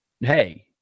hey